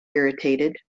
irritated